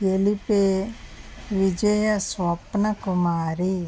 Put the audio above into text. Elipe Vijaya Swapna Kumari